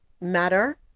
matter